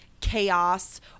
chaos